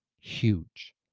Huge